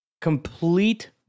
complete